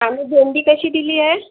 आणि भेंडी कशी दिली आहे